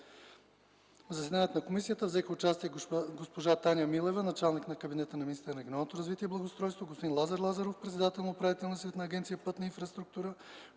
В заседанието на комисията взеха участие госпожа Таня Милева – началник на кабинета на министъра на регионалното развитие и благоустройството, господин Лазар Лазаров – председател на Управителния съвет на Агенция „Пътна инфраструктура”,